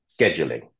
scheduling